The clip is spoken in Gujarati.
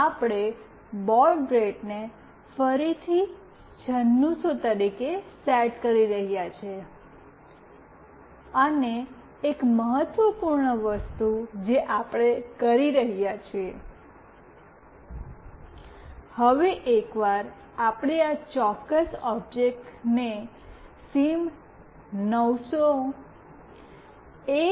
આપણે બાઉડ રેટને ફરીથી 9600 તરીકે સેટ કરી રહ્યા છીએ અને એક મહત્વપૂર્ણ વસ્તુ જે આપણે કરી રહ્યા છીએ હવે એકવાર આપણે આ ચોક્કસ ઓબ્જેક્ટને સિમ 900 એ